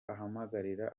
ahamagarira